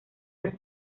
las